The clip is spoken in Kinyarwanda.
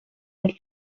ali